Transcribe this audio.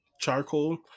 charcoal